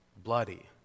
bloody